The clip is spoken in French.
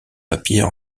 papiers